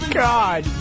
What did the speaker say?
god